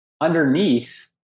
Underneath